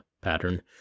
pattern